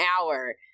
hour